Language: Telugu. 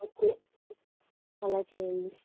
ఓకే అలా చేయండి